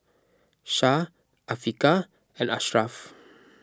Syah Afiqah and Ashraf